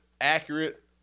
accurate